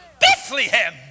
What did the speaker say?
Bethlehem